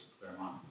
Claremont